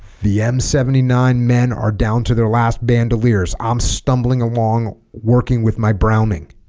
the m seven nine men are down to their last bandoliers i'm stumbling along working with my browning